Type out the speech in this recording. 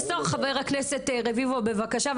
חבר הכנסת רביבו בבקשה.